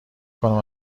کنم